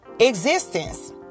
existence